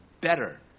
better